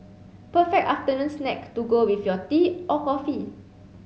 perfect afternoon snack to go with your tea or coffee